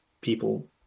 people